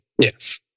Yes